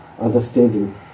understanding